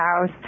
house